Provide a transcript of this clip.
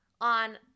on